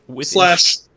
slash